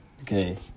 okay